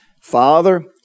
Father